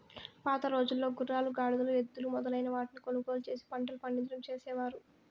పాతరోజుల్లో గుర్రాలు, గాడిదలు, ఎద్దులు మొదలైన వాటిని కొనుగోలు చేసి పంటలు పండించడం చేసేవారు